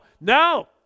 No